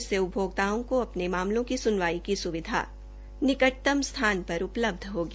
इससे उपभोक्ताओं को अपने मामलों की सुनवाई की सुविधा निकटतम स्थान पर उपलब्ध होगी